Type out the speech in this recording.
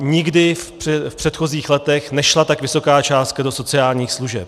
Nikdy v předchozích letech nešla tak vysoká částka do sociálních služeb.